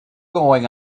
going